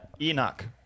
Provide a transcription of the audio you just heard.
enoch